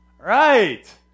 Right